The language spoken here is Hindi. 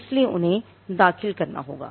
इसलिए उन्हें दाखिल करना होगा